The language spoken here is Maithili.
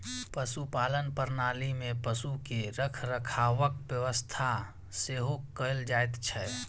पशुपालन प्रणाली मे पशु के रखरखावक व्यवस्था सेहो कयल जाइत छै